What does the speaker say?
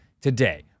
today